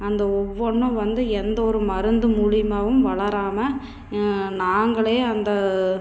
அந்த ஒவ்வொன்றும் வந்து எந்த ஒரு மருந்தும் மூலியமாக வளராமல் நாங்களே அந்த